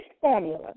formula